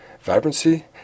vibrancy